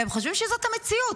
והם חושבים שזאת המציאות.